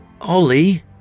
Ollie